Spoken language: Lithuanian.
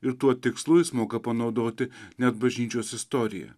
ir tuo tikslu jis moka panaudoti net bažnyčios istoriją